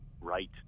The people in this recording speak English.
right